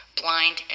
blind